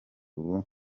ubu